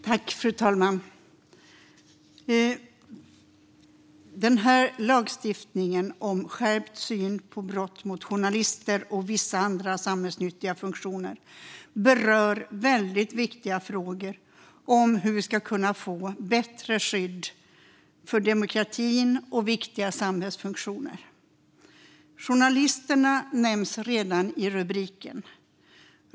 Fru talman! Propositionen Skärpt syn på brott mot journalister och vissa andra samhällsnyttiga funktioner berör väldigt viktiga frågor om hur vi ska kunna få bättre skydd för demokratin och viktiga samhällsfunktioner. Journalisterna nämns redan i rubriken.